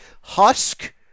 husk